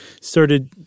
started